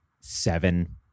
seven